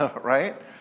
Right